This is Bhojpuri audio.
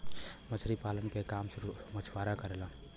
मछरी पालन के काम मछुआरा करेलन